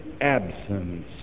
absence